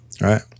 right